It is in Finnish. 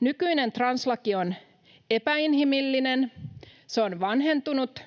Nykyinen translaki on epäinhimillinen, se on vanhentunut